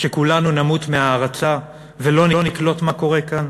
כולנו נמות מהערצה ולא נקלוט מה קורה כאן?